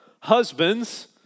husbands